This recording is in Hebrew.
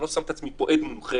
אני לא שם את עצמי פה עד מומחה,